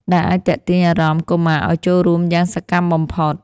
ដែលអាចទាក់ទាញអារម្មណ៍កុមារឱ្យចូលរួមយ៉ាងសកម្មបំផុត។